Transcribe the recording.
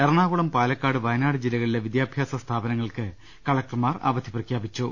എറണാകുളം പാലക്കാട് വയനാട് ജില്ലകളിലെ വിദ്യാഭ്യാസ സ്ഥാപനങ്ങൾക്ക് കളക്ടർമാർ അവധി പ്രഖ്യാപിച്ചു